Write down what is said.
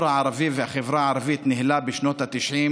הערבי והחברה הערבית ניהלו בשנות התשעים